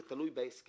זה תלוי בהסכם,